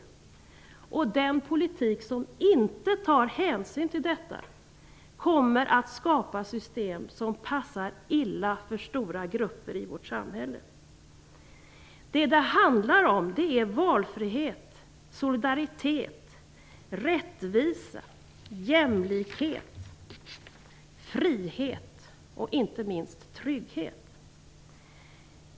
Den politik som inte tar hänsyn till detta kommer att skapa system som passar illa för stora grupper i vårt samhälle. Vad det handlar om är valfrihet, solidaritet, rättvisa, jämlikhet, frihet och inte minst trygghet.